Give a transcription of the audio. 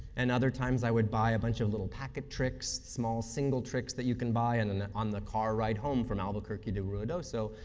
and other times, i would buy a bunch of little packet tricks, small, single tricks that you can buy and and on the car ride home from albuquerque to ruidoso,